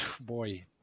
Boy